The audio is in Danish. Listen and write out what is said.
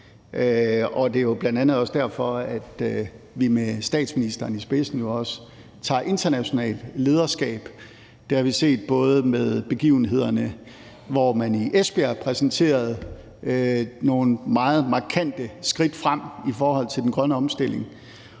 det er jo bl.a. derfor, at vi med statsministeren i spidsen også tager internationalt lederskab. Det har vi både set med begivenhederne, hvor man i Esbjerg præsenterede nogle meget markante skridt fremad i forhold til den grønne omstilling,